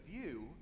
view